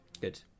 good